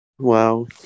Wow